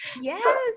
Yes